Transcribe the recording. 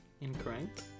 Incorrect